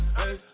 hey